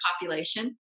population